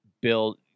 build